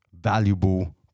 valuable